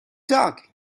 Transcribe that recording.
dog